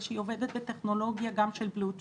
שהיא עובדת בטכנולוגיה גם של Blue 2